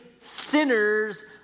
sinners